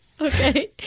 Okay